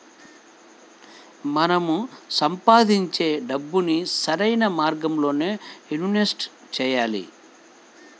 మనం సంపాదించే డబ్బుని సరైన మార్గాల్లోనే ఇన్వెస్ట్ చెయ్యాలి